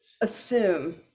assume